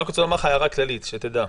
רק הערה כללית, שתדע.